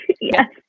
Yes